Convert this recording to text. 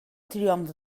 triomf